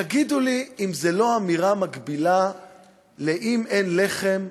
תגידו לי אם זו לא אמירה מקבילה ל"אם אין לחם,